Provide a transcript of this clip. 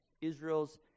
Israel's